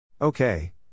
Okay